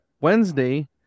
wednesday